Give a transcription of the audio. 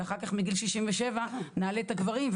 ואחר כך מגיל 67 נעלה את גיל הפרישה לגברים,